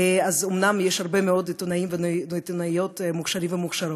אומנם יש הרבה מאוד עיתונאים ועיתונאיות מוכשרים ומוכשרות,